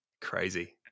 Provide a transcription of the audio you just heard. crazy